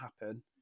happen